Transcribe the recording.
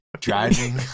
driving